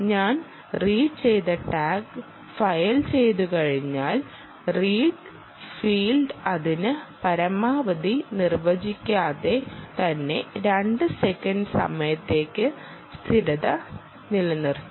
ഞാൻ റീഡ് ചെയ്ത tag file ചെയ്തുകഴിഞ്ഞാൽ റീഡ് ഫീൽഡ് അതിന് പരമാവധി നിർവചിക്കാതെ തന്നെ 2 സെക്കൻഡ് സമയത്തേക്ക് സ്ഥിരത നിലനിർത്തും